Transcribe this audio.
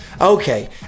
Okay